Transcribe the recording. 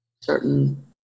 certain